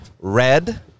red